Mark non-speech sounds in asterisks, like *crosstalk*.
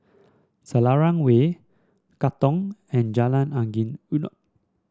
Selarang Way Katong and Jalan Angin *unintelligible*